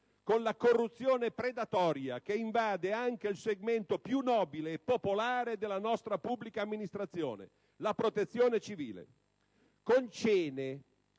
con la corruzione predatoria che invade anche il segmento più nobile e popolare della nostra pubblica amministrazione, ovvero la Protezione civile; con cene